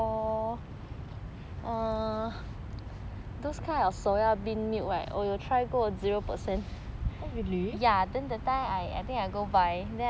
oh really